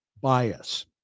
bias